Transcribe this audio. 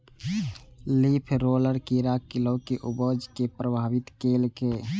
leaf roller कीड़ा गिलोय के उपज कें प्रभावित केलकैए